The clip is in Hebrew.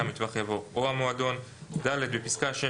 "המטווח" יבוא "או המועדון"; (ד)בפסקה (6),